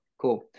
Cool